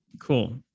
cool